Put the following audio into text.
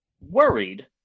worried